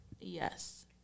Yes